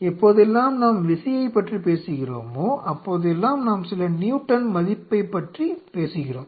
எப்போதெல்லாம் நாம் விசையைப் பற்றி பேசுகிறோமோ அப்போதெல்லாம் நாம் சில நியூட்டன் மதிப்பைப் பற்றி பேசுகிறோம்